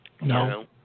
No